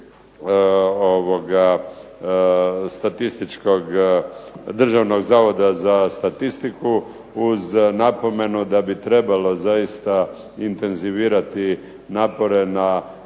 Državnog zavoda za statistiku, uz napomenu da bi trebalo zaista intenzivirati napore na